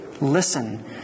listen